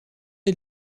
est